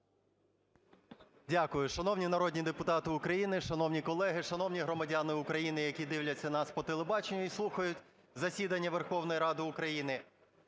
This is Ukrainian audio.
Дякую. Шановні народні депутати України, шановні колеги, шановні громадяни України, які дивляться нас по телебаченню і слухають засідання Верховної Ради України!